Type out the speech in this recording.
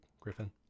Griffin